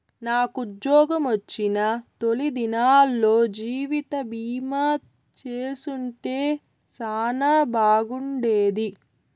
నాకుజ్జోగమొచ్చిన తొలి దినాల్లో జీవితబీమా చేసుంటే సానా బాగుండేది